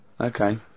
Okay